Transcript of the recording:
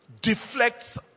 deflects